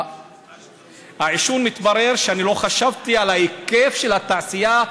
העישון מתברר שאני לא חשבתי על היקף התעשייה,